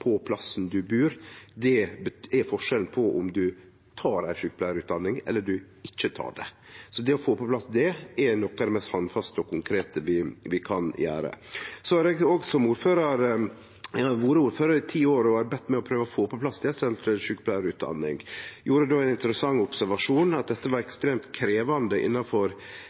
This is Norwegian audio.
bur, er forskjellen på om ein tek ei sjukepleiarutdanning eller ikkje. Så det å få på plass det er noko av det mest handfaste og konkrete vi kan gjere. Eg har vore ordførar i ti år og arbeidd med å prøve å få på plass desentralisert sjukepleiarutdanning. Eg gjorde då ein interessant observasjon: at dette var ekstremt krevjande innanfor